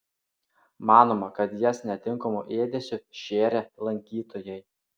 manoma kad jas netinkamu ėdesiu šėrė lankytojai